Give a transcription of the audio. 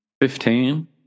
fifteen